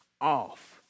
off